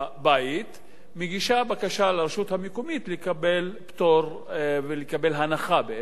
מגישה בקשה לרשות המקומית לקבל פטור ולקבל הנחה מארנונה.